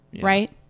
right